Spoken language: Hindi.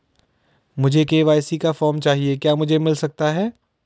मुझे के.वाई.सी का फॉर्म चाहिए क्या मुझे मिल सकता है?